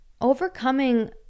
overcoming